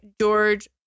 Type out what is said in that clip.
George